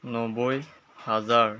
নব্বৈ হাজাৰ